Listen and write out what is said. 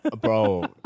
Bro